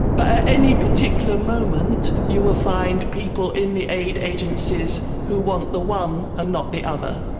but at any particular moment you will find people in the aid agencies who want the one and not the other.